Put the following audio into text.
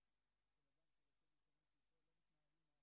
כל היום: ניו זילנד, תשוו לניו זילנד, לניו זילנד.